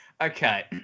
okay